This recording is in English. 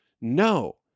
No